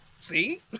see